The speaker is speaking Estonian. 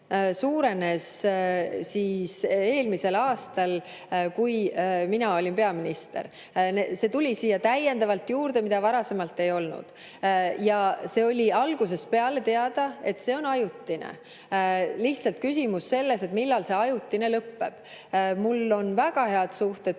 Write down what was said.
suurenes eelmisel aastal, kui mina olin peaminister. See tuli siia täiendavalt juurde, seda varasemalt ei olnud. Ja oli algusest peale teada, et see on ajutine. Lihtsalt küsimus on selles, millal see ajutine lõpeb. Mul on väga head suhted